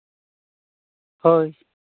ᱦᱳᱭ